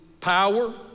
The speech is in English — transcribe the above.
power